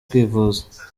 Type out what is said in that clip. kwivuza